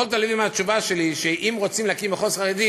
יכולת להבין מהתשובה שלי שאם רוצים להקים מחוז חרדי